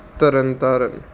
Tarn Taran